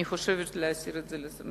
אני חושבת שיש להסיר את זה מסדר-היום.